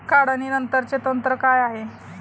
काढणीनंतरचे तंत्र काय आहे?